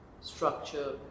structure